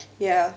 ya